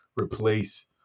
replace